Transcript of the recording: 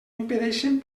impedeixen